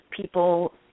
people